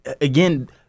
again